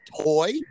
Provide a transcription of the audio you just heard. toy